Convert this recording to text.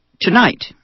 tonight